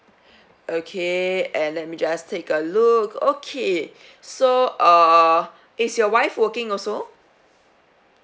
okay and let me just take a look okay so uh is your wife working also